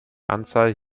anzahl